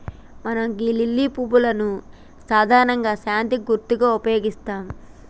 మనం గీ లిల్లీ పువ్వును సాధారణంగా శాంతికి గుర్తుగా ఉపయోగిత్తం